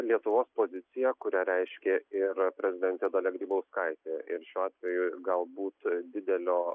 lietuvos pozicija kurią reiškė ir prezidentė dalia grybauskaitė ir šiuo atveju galbūt didelio